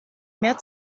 mehr